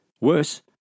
Worse